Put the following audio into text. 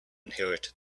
inherit